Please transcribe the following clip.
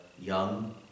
young